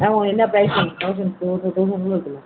ஆமாம் மேம் என்ன ப்ரைஸ் வேணும் தௌசண்ட் டூ டூல இருக்கு மேம்